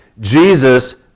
Jesus